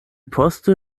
poste